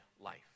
life